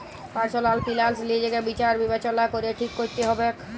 personal finance লিজকে বিচার বিবচলা ক্যরে ঠিক ক্যরতে হুব্যে